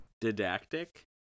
Didactic